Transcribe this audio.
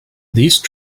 these